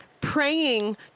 praying